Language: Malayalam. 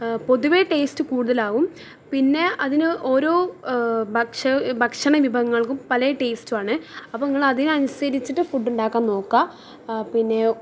പൊതുവേ ടേസ്റ്റ് കൂടുതലാവും പിന്നെ അതിന് ഓരോ ഭക്ഷണ ഭക്ഷണ വിഭവങ്ങൾക്കും പല ടേസ്റ്റുവാണ് അപ്പം നിങ്ങൾ അതിനനുസരിച്ചിട്ട് ഫുഡുണ്ടാക്കാൻ നോക്കുക പിന്നെ